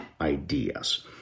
ideas